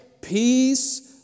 peace